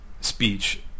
speech